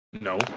No